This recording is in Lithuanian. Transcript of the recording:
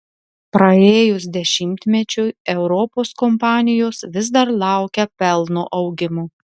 praėjus dešimtmečiui europos kompanijos vis dar laukia pelno augimo